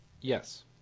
Yes